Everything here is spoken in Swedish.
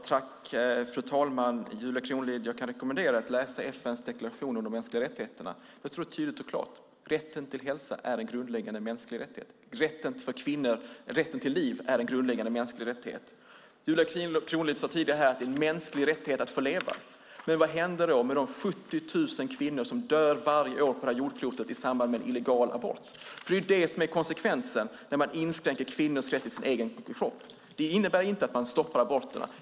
Fru talman! Jag kan rekommendera Julia Kronlid att läsa FN:s deklaration om mänskliga rättigheter. Där står tydligt och klart att rätten till hälsa är en grundläggande mänsklig rättighet. Rätten till liv är en grundläggande mänsklig rättighet. Julia Kronlid sade tidigare att det är en mänsklig rättighet att få leva. Vad händer då med de 70 000 kvinnor på vårt jordklot som varje år dör i samband med en illegal abort? Det blir nämligen konsekvensen när man inskränker kvinnors rätt till deras egen kropp. Det innebär inte att man stoppar aborterna.